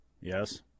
Yes